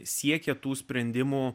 siekė tų sprendimų